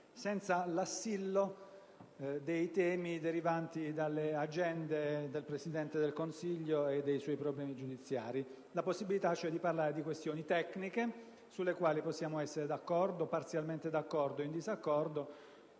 senza l'assillo dei temi derivanti dalle agende del Presidente del Consiglio e dai suoi problemi giudiziari e per la possibilità di parlare di questioni tecniche, sulle quali possiamo essere d'accordo, parzialmente d'accordo o in disaccordo,